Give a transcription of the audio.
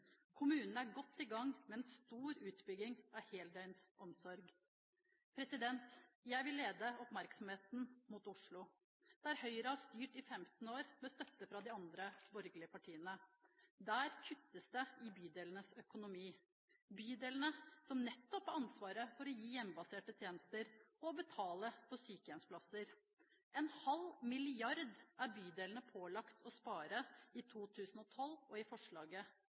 Kommunene er godt i gang med en stor utbygging av heldøgns omsorg. Jeg vil lede oppmerksomheten mot Oslo, der Høyre har styrt i 15 år med støtte fra de andre borgerlige partiene. Der kuttes det i bydelenes økonomi, bydelene som nettopp har ansvaret for å gi hjemmebaserte tjenester og betale for sykehjemsplasser. En halv milliard er bydelene pålagt å spare i 2012 og i forslaget